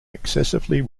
excessively